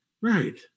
right